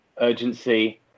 urgency